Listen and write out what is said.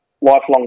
lifelong